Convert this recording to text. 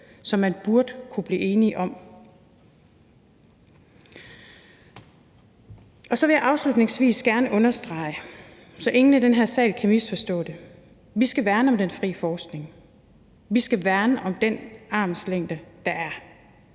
som man burde kunne blive enige om. Så vil jeg afslutningsvis gerne understrege, så ingen i den her sal kan misforstå det, at vi skal værne om den fri forskning. Vi skal værne om den armslængde, der er.